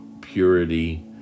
purity